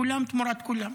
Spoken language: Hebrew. כולם תמורת כולם.